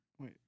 Wait